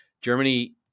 Germany